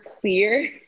clear